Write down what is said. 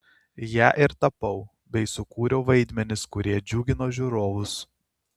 ja ir tapau bei sukūriau vaidmenis kurie džiugino žiūrovus